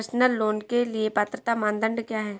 Personal loan के लिए पात्रता मानदंड क्या हैं?